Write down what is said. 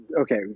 okay